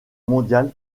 mondial